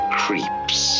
creeps